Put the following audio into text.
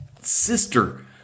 sister